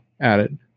added